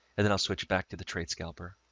and then i'll switch back to the trade scalper.